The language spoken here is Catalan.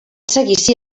seguici